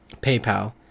PayPal